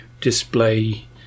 display